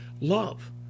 love